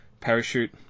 parachute